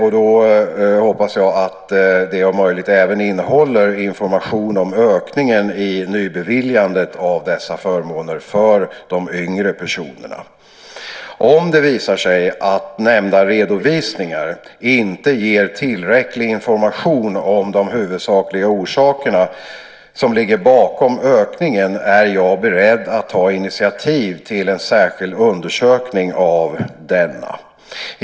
Jag hoppas att det, om möjligt, även innehåller information om ökningen i nybeviljandet av dessa förmåner för yngre personer. Om det visar sig att nämnda redovisningar inte ger tillräcklig information om de huvudsakliga orsakerna bakom ökningen är jag beredd att ta initiativ till en särskild undersökning av denna.